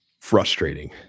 frustrating